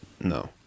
No